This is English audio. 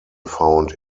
found